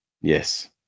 Yes